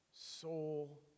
soul